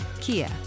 Kia